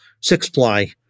six-ply